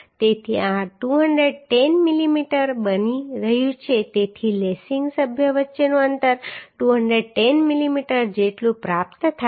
તેથી આ 210 મિલીમીટર બની રહ્યું છે તેથી લેસિંગ સભ્યો વચ્ચેનું અંતર 210 મિલીમીટર જેટલું પ્રાપ્ત થાય છે